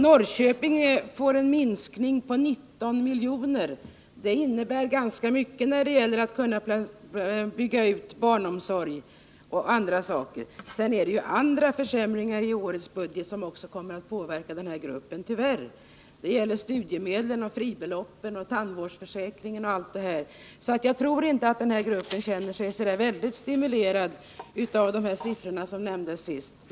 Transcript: Norrköping drabbas av en minskning på 19 miljoner, och det betyder ganska mycket tt.ex. när det gäller möjligheterna att bygga ut barnomsorgen. Dessutom kommer tyvärr andra försämringar i årets budget att påverka de ensamstående föräldrarnas situation. Det gäller t.ex. studiemedlen, fribeloppen och tandvårdsförsäkringen. Jag tror därför att den gruppen inte känner sig så väldigt stimulerad av de siffror som socialministern räknade upp.